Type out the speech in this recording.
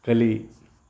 ಕಲಿ